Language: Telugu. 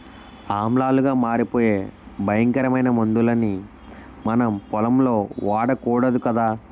ఆమ్లాలుగా మారిపోయే భయంకరమైన మందుల్ని మనం పొలంలో వాడకూడదు కదా